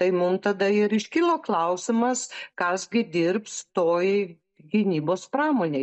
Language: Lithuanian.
tai mum tada ir iškilo klausimas kas gi dirbs toj gynybos pramonėj